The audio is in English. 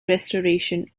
restoration